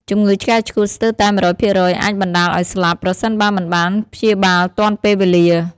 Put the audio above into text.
ជំងឺឆ្កែឆ្កួតស្ទើរតែ ១០០% អាចបណ្តាលឱ្យស្លាប់ ប្រសិនបើមិនបានព្យាបាលទាន់ពេលវេលា។